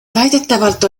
väidetavalt